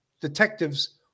detectives